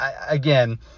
again